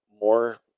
more